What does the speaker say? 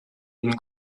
une